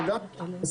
אבל גם את